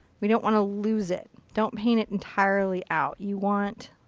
we don't want to lose it. don't paint it entirely out. you want,